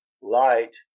light